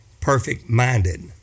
perfect-minded